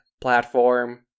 platform